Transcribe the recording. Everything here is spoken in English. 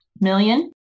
million